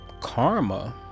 karma